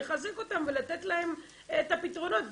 לחזק אותם ולתת להם את הפתרונות.